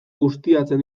ustiatzen